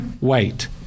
wait